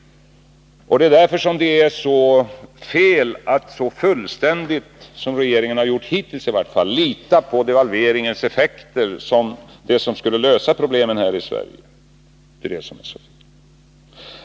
Det är därför som det är fel att så fullständigt, som regeringen i varje fall hittills har gjort, lita till devalveringens effekter som det som skall lösa problemen här i Sverige.